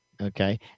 Okay